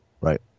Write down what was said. right